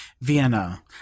Vienna